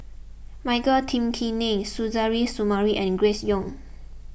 Michael Tan Kim Nei Suzairhe Sumari and Grace Young